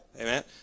Amen